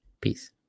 peace